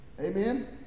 Amen